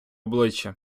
обличчя